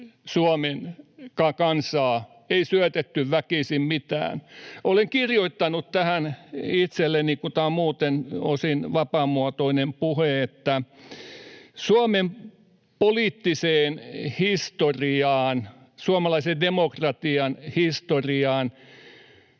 Suomen kansaa, ei syötetty väkisin mitään. Olen kirjoittanut tähän itselleni — tämä on muuten osin vapaamuotoinen puhe — että Suomen poliittiseen historiaan, suomalaisen demokratian historiaan,